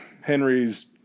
Henry's